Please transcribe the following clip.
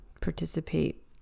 participate